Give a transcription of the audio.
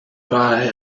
buy